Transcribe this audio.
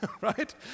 right